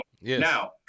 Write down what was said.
now